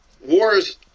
wars